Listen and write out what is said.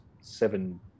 seven